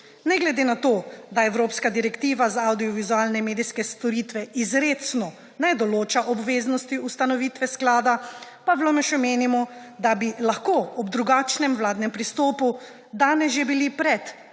Ne glede na to, da evropska direktiva za avdiovizualne medijske storitve izrecno ne določa obveznosti ustanovitve sklada, v LMŠ menimo, da bi lahko ob drugačnem vladnem pristopu danes že bili pred